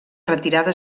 retirada